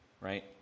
right